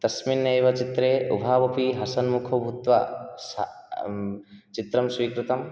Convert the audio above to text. तस्मिन्नेव चित्रे उभावपि हसन्मिखो भूत्वा स चित्रं स्वीकृतं